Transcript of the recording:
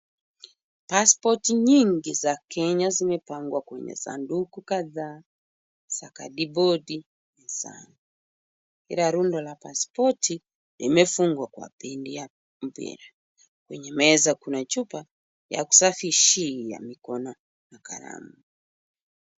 Pasipoti nyingi za Kenya zimepangwa kwenye sanduku kadhaa za kadibodi. Kila rundo la pasipoti imefungwa kwa mpira. Kwenye meza kuna chupa kusafishia mikono na kalamu.